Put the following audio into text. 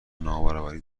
نابرابری